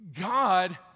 God